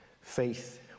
Faith